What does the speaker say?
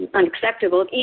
unacceptable